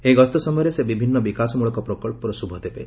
ଏହି ଗସ୍ତ ସମୟରେ ସେ ବିଭିନ୍ନ ବିକାଶମୂଳକ ପ୍ରକଳ୍ପର ଶୁଭ ଦେବେ